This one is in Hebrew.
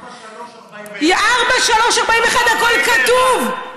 4.341. 4.431 הכול כתוב.